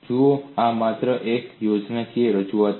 જુઓ આ માત્ર એક યોજનાકીય રજૂઆત છે